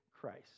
Christ